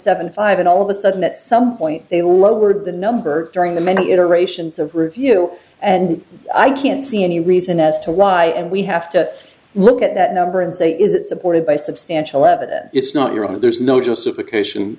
seven five and all of a sudden at some point they lowered the number during the many iterations of review and i can't see any reason as to why and we have to look at that number and say is it supported by substantial evidence it's not your honor there's no justification